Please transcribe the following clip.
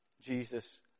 Jesus